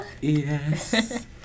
Yes